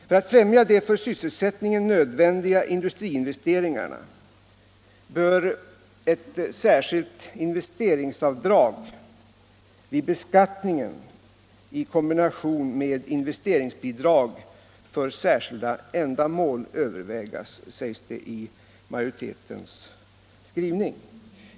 För att främja de för sysselsättningen nödvändiga industriinvesteringarna bör ett särskilt investeringsavdrag vid beskattningen i kombination med investeringsbidrag för särskilda ändamål övervägas, sägs det i majoritetens skrivning.